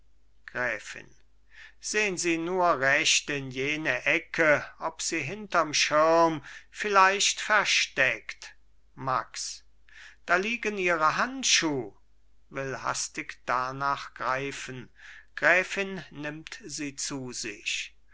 gräfin sehen sie nur recht in jene ecke ob sie hinterm schirm vielleicht versteckt max da liegen ihre handschuh will hastig darnach greifen gräfin nimmt sie zu sich